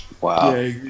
Wow